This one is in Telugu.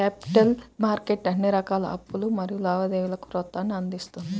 క్యాపిటల్ మార్కెట్ అన్ని రకాల అప్పులు మరియు లావాదేవీలకు ప్రోత్సాహాన్ని అందిస్తున్నది